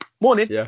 morning